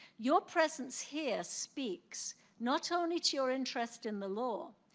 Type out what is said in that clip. your presence here speaks not only to your interest in the law,